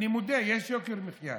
אני מודה: יש יוקר מחיה.